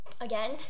again